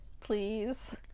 Please